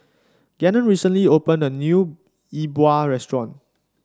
Gannon recently opened a new Yi Bua Restaurant